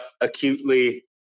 acutely